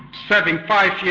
serving five years.